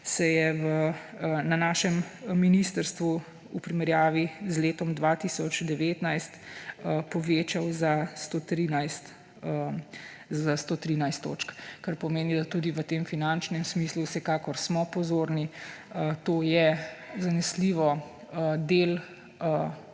se je na našem ministrstvu v primerjavi z letom 2019 povečal za 113 točk. To pomeni, da smo tudi v tem finančnem smislu vsekakor pozorni, to je zanesljivo del